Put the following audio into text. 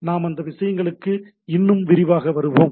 நாம் அந்த விஷயங்களுக்கு இன்னும் விரிவாக வருவோம்